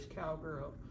cowgirl